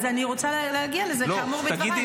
אז אני רוצה להגיע לזה כאמור בדבריי,